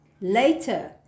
Later